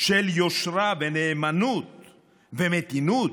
של יושרה ונאמנות ומתינות,